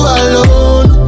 alone